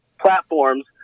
platforms